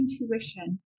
intuition